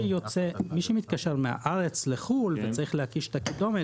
מי שמתקשר מהארץ לחוץ לארץ וצריך להקיש את הקידומת